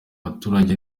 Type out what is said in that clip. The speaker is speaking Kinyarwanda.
baturage